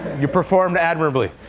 you performed admirably.